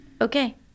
okay